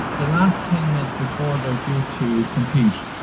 the last ten minutes before they're due to compete,